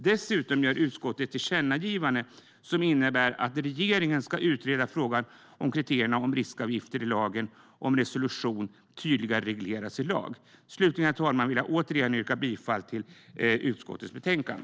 Dessutom gör utskottet ett tillkännagivande som innebär att regeringen ska utreda frågan om kriterierna om riskavgifter i lagen om resolution tydligare regleras i lag. Herr talman! Slutligen yrkar jag återigen bifall till utskottets förslag.